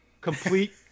Complete